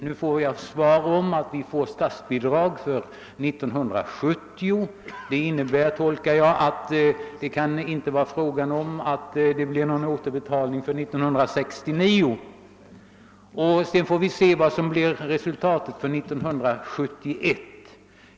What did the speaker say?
Nu får jag svaret att vi erhåller statsbidrag för år 1970. Det innebär — så tyder jag svaret — att det inte kan bli fråga om någon återbetalning för 1969, och sedan får vi se vad resultatet blir för 1971.